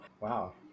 Wow